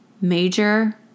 major